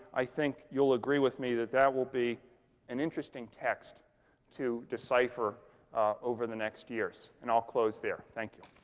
i think you'll agree with me that that will be an interesting text to decipher over the next years. and i'll close there. thank you.